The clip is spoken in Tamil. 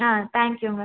ஆ தேங்க்யூங்க